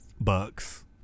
Bucks